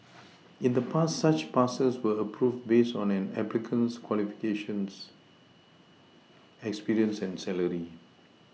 in the past such passes were approved based on an applicant's qualifications experience and salary